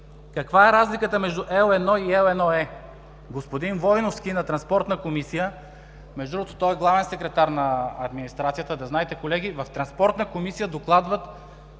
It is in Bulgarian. каква е разликата между L1 и L1е? Господин Войновски, на Транспортна комисия, между другото, той е главен секретар на администрацията, да знаете, колеги, в Транспортната комисия докладва